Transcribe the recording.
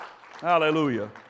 Hallelujah